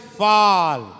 fall